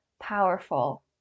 powerful